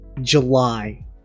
July